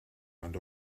and